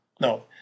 no